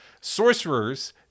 sorcerers